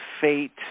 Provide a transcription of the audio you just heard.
fate